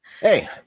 Hey